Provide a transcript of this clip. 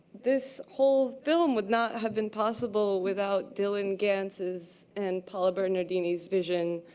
this whole film would not have been possible without dylan gantz's and paola bernadini's vision.